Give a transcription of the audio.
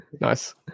Nice